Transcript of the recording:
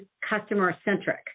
customer-centric